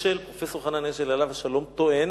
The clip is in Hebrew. פרופסור חנן אשל עליו השלום טוען